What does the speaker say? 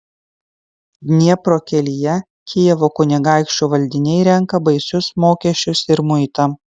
dniepro kelyje kijevo kunigaikščio valdiniai renka baisius mokesčius ir muitą